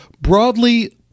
broadly